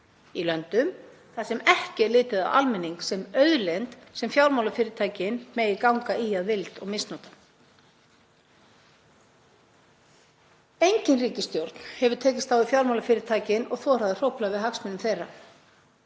í löndum þar sem ekki er litið á almenning sem auðlind sem fjármálafyrirtækin megi ganga í að vild og misnota. Engin ríkisstjórn hefur tekist á við fjármálafyrirtækin og þorað að hrófla við hagsmunum þeirra.